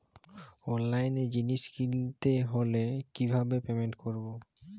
অনলাইনে জিনিস কিনতে হলে কিভাবে পেমেন্ট করবো?